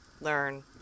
learn